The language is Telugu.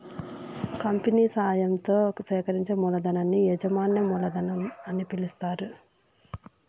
కంపెనీ సాయంతో సేకరించిన మూలధనాన్ని యాజమాన్య మూలధనం అని పిలుస్తారు